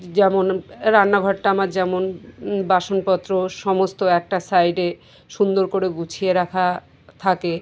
যেমন রান্নাঘরটা আমার যেমন বাসনপত্র সমস্ত একটা সাইডে সুন্দর করে গুছিয়ে রাখা থাকে